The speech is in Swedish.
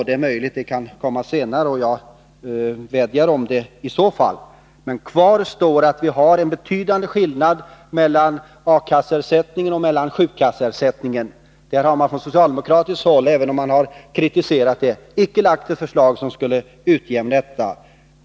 Det är möjligt att svaret kan komma senare — jag vädjar i så fall om det. Men kvar står att vi har en betydande skillnad mellan A-kasseersättningen och sjukkasseersättningen. Även om socialdemokraterna kritiserat detta har de icke lagt fram något förslag för att utjämna detta.